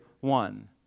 one